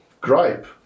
gripe